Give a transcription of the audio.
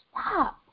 stop